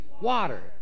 water